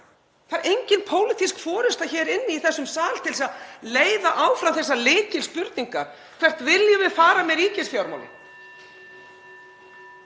Það er engin pólitísk forysta hér í þessum sal til að leiða áfram þessar lykilspurningar, hvert við viljum fara með ríkisfjármálin.